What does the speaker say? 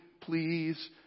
please